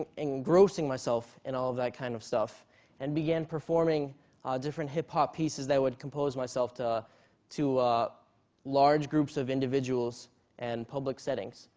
engrossing myself in all that kind of stuff and began performing different hip hop pieces that i would compose myself to to large groups of individuals and public settings.